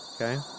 Okay